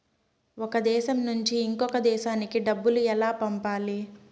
ఒక దేశం నుంచి ఇంకొక దేశానికి డబ్బులు ఎలా పంపాలి?